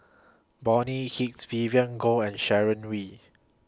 Bonny Hicks Vivien Goh and Sharon Wee